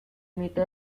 mito